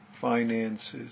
finances